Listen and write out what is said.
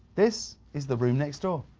this is the room next door.